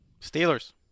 Steelers